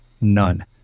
None